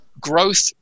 growth